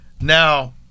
Now